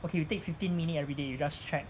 okay you take fifteen minute everyday you just check